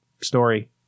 story